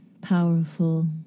powerful